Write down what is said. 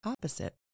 opposite